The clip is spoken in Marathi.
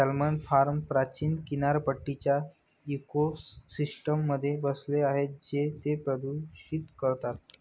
सॅल्मन फार्म्स प्राचीन किनारपट्टीच्या इकोसिस्टममध्ये बसले आहेत जे ते प्रदूषित करतात